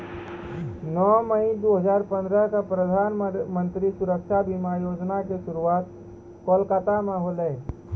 नौ मई दू हजार पंद्रह क प्रधानमन्त्री सुरक्षा बीमा योजना के शुरुआत कोलकाता मे होलै